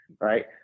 right